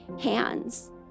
hands